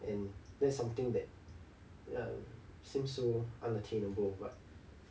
and that's something that ya it seems so unattainable but